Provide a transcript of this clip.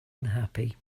unhappy